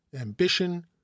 ambition